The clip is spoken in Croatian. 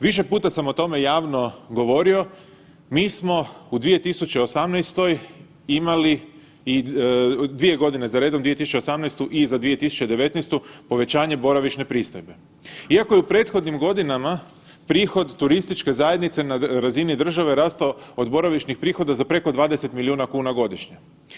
Više puta sam o tome javno govorio, mi smo u 2018. imali, dvije godine za redom 2018. i za 2019. povećanje boravišne pristojbe, iako je u prethodnim godinama prihod turističke zajednice na razini države rastao od boravišnih prihoda za preko 20 milijuna kuna godišnje.